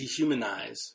dehumanize